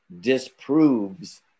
disproves